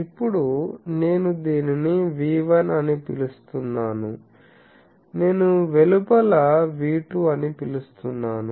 ఇప్పుడు నేను దీనిని V1 అని పిలుస్తున్నాను నేను వెలుపల V2 అని పిలుస్తున్నాను